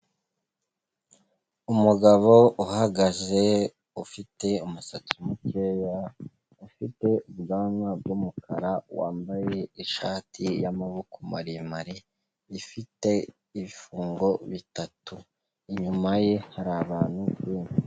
Umugabo uhagaze ufite umusatsi mukeya ufite ubwanwa bw'umukara wambaye ishati y'amaboko maremare ifite ibifungo bitatu, inyuma ye hari abantu benshi.